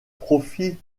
profits